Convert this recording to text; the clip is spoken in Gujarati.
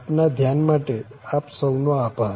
આપના ધ્યાન માટે આપ સૌનો આભાર